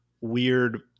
weird